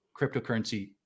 cryptocurrency